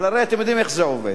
אבל הרי אתם יודעים איך זה עובד,